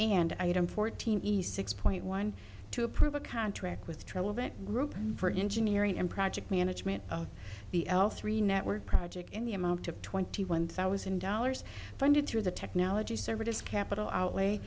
and item fourteen east six point one to approve a contract with treble that group for engineering and project management of the elf three network project in the amount of twenty one thousand dollars funded through the technology service capital outlay